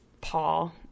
Paul